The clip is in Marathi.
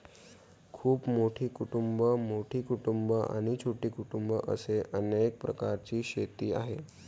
खूप मोठी कुटुंबं, मोठी कुटुंबं आणि छोटी कुटुंबं असे अनेक प्रकारची शेती आहे